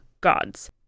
gods